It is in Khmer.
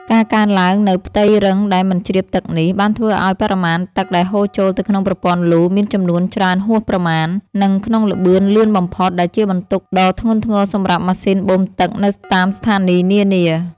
ការកើនឡើងនូវផ្ទៃរឹងដែលមិនជ្រាបទឹកនេះ បានធ្វើឱ្យបរិមាណទឹកដែលហូរចូលទៅក្នុងប្រព័ន្ធលូមានចំនួនច្រើនហួសប្រមាណ និងក្នុងល្បឿនលឿនបំផុត ដែលជាបន្ទុកដ៏ធ្ងន់ធ្ងរសម្រាប់ម៉ាស៊ីនបូមទឹកនៅតាមស្ថានីយនានា។